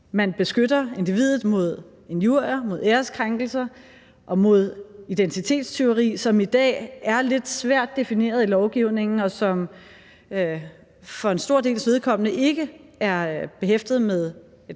man beskytter individet mod injurier, mod æreskrænkelser og mod identitetstyveri, som i dag er lidt svært defineret i lovgivningen, og som for en stor dels vedkommende ikke er behæftet med et